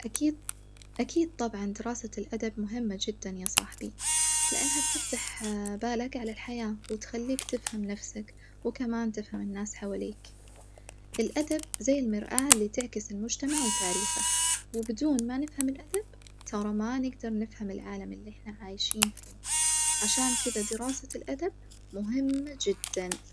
أكيد أكيد طبعًا دراسة الأدب مهمة جدًا يا صاحبي، لأنها بتفتح بالك على الحياة وتخليك تفهم نفسك وكمان تفهم الناس حوليك، الأدب زي المرآة اللي تعكس المجتمع وتاريخه وبدون ما نفهم الأدب ترا ما نجدر نفهم العالم اللي إحنا عايشين فيه، عشان كدة دراسة الأدب مهمة جدًا.